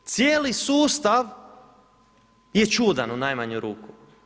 Cijeli sustav je čudan, u najmanju ruku.